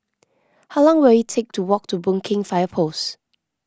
how long will it take to walk to Boon Keng Fire Post